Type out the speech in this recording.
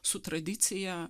su tradicija